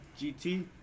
gt